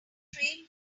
train